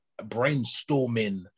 brainstorming